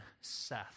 Seth